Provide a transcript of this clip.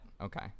Okay